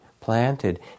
planted